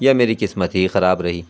یا میری قسمت ہی خراب رہی